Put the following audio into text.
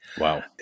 Wow